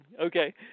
okay